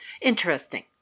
Interesting